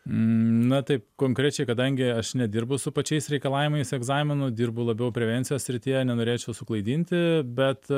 na taip konkrečiai kadangi aš nedirbu su pačiais reikalavimais egzaminų dirbu labiau prevencijos srityje nenorėčiau suklaidinti bet